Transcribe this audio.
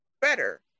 better